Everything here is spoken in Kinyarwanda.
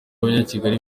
abanyakigali